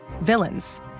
villains